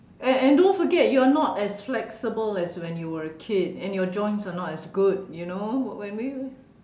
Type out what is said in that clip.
and and don't forget you're not as flexible as when you were a kid and your joints are not as good you know when we